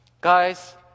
Guys